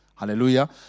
Hallelujah